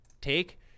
take